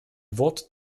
wort